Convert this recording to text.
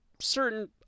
certain